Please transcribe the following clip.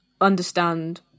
understand